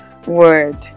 word